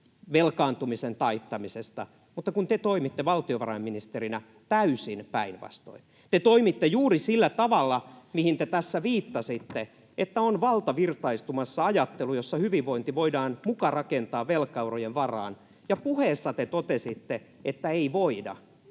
velkaantumisen taittamisesta, mutta te toimitte valtiovarainministerinä täysin päinvastoin. Te toimitte juuri sillä tavalla, mihin te tässä viittasitte, että on valtavirtaistumassa ajattelu, jossa hyvinvointi voidaan muka rakentaa velkaeurojen varaan, ja puheessa te totesitte, että ei voida.